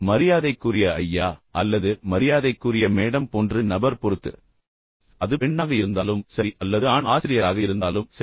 மரியாதைக்குரிய ஐயா அல்லது மரியாதைக்குரிய மேடம் போன்று நபர் பொறுத்து அது பெண்ணாக இருந்தாலும் சரி அல்லது ஆண் ஆசிரியராக இருந்தாலும் சரி